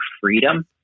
freedom